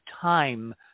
time